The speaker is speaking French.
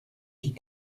qui